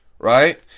Right